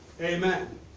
Amen